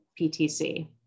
PTC